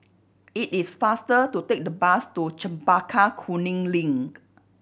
it is faster to take the bus to Chempaka Kuning Link